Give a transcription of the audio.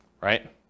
right